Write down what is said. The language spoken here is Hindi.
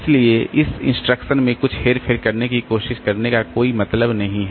इसलिए इस इंस्ट्रक्शन में कुछ हेरफेर करने की कोशिश करने का कोई मतलब नहीं है